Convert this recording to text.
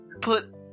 put